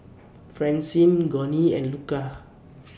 Francine Gurney and Luca